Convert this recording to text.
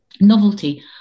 novelty